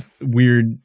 weird